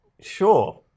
Sure